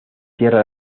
sierra